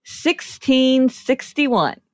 1661